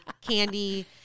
candy